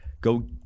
Go